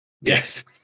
Yes